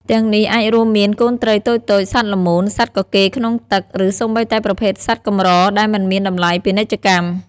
ទាំងនេះអាចរួមមាន កូនត្រីតូចៗ សត្វល្មូន សត្វកកេរក្នុងទឹក ឬសូម្បីតែប្រភេទសត្វកម្រដែលមិនមានតម្លៃពាណិជ្ជកម្ម។